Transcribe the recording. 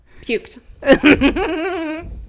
puked